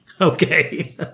Okay